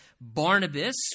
Barnabas